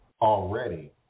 already